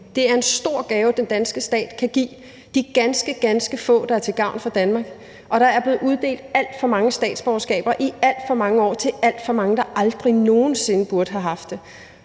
det er en stor gave, den danske stat giver de ganske, ganske få, der er til gavn for Danmark. Og der er blevet uddelt alt for mange statsborgerskaber i alt for mange år til alt for mange, der aldrig nogen sinde burde have haft det,